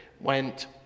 went